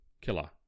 killer